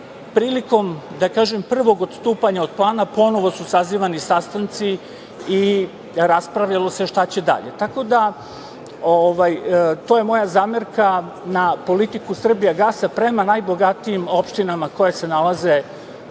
prilikom prvog odstupanja od plana ponovo su sazivani sastanci i raspravljalo se šta će dalje. Tako da je to moja zamerka na politiku „Srbijagasa“ prema najbogatijim opštinama koje se nalaze u